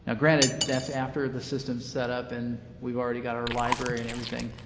ah granted that's after the system's set up and we've already got our library and everything.